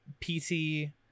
PC